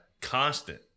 constant